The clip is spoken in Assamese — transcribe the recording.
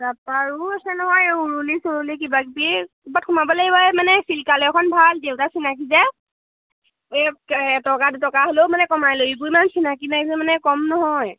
তাৰপা আৰু আছে নহয় উৰুলি চৰুলি কিবা কিবি ক'বাত সোমাব লাগিব এই মানে চিল্কালয় এখন ভাল দেউতাৰ চিনাকি যে এই এটকা দুটকা হ'লেও মানে কমাই লয় এইবোৰ ইমান চিনাকি নাই যে ইমান কম নহয়